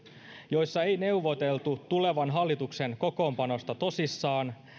joissa ei neuvoteltu tulevan hallituksen kokoonpanosta tosissaan